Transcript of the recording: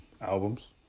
albums